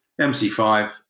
MC5